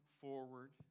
forward